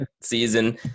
season